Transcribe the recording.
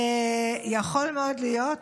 יכול מאוד להיות,